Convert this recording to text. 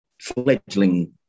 fledgling